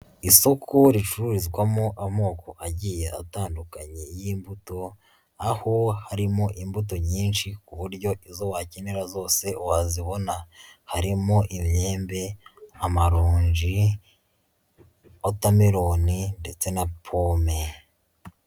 Isoko ricururizwamo amoko agiye atandukanye y'imbuto, aho harimo imbuto nyinshi ku buryo izo wakenera zose wazibona, harimo imyembe, amaronji, wotameroni, ndetse na pome.